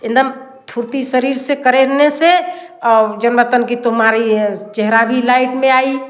एकदम फुर्ती शरीर से करने से और की तुम्हारी चेहरा भी लाइट में आई